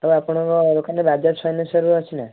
ଆଉ ଆପଣଙ୍କ ଦୋକାନରେ ବଜାଜ ଫାଇନାନ୍ସର ଅଛି ନା